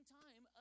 time